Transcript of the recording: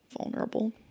vulnerable